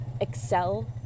excel